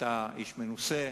ואתה איש מנוסה,